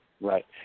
Right